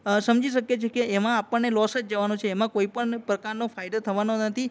સમજી શકીએ છીએ કે એમાં આપણને લોસ જ જવાનો છે એમાં કોઈ પણ પ્રકારનો ફાયદો થવાનો નથી